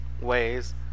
ways